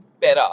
better